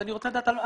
אז אני רוצה לדעת.